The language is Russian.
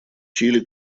чили